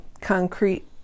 concrete